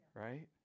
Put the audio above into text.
Right